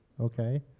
okay